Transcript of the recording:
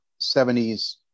70s